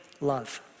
love